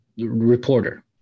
reporter